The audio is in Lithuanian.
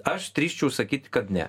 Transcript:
aš drįsčiau sakyti kad ne